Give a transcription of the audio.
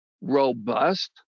robust